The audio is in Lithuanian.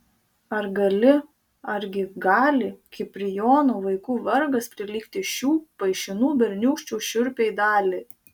ar gali argi gali kiprijono vaikų vargas prilygti šių paišinų berniūkščių šiurpiai daliai